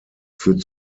führt